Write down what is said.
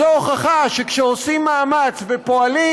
זו ההוכחה שכשעושים מאמץ ופועלים,